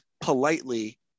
politely